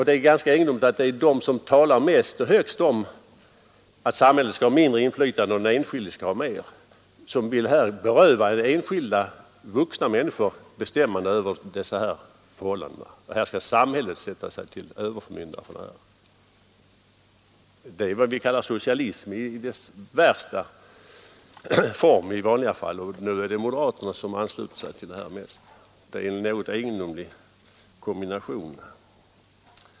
Det är ganska egendomligt att de som talar mest och högst om att samhället skall ha mindre inflytande och den enskilde mer är de som här vill beröva enskilda vuxna människor bestämmandet över dessa förhållanden, som vill att samhället skall sätta sig som överförmyndare. Det är vad vi i vanliga fall kallar socialism och nu är det moderaterna som mest ansluter sig till detta. Det är en något egendomlig kombination.